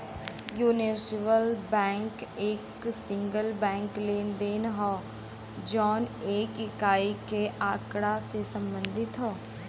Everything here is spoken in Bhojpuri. यूनिवर्सल बैंक एक सिंगल बैंकिंग लेनदेन हौ जौन एक इकाई के आँकड़ा से संबंधित हौ